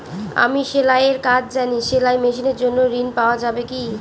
আমি সেলাই এর কাজ জানি সেলাই মেশিনের জন্য ঋণ পাওয়া যাবে কি?